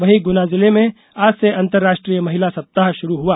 वहीं गुना जिले में आज से अंतर्राष्ट्रीय महिला सप्ताह शुरू हुआ